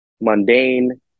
mundane